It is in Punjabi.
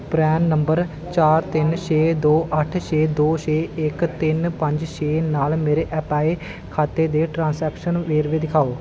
ਪਰੈਨ ਨੰਬਰ ਚਾਰ ਤਿੰਨ ਛੇ ਦੋ ਅੱਠ ਛੇ ਦੋ ਛੇ ਇੱਕ ਤਿੰਨ ਪੰਜ ਛੇ ਨਾਲ ਮੇਰੇ ਐਪਾਏ ਖਾਤੇ ਦੇ ਟ੍ਰਾਂਸੈਕਸ਼ਨ ਵੇਰਵੇ ਦਿਖਾਓ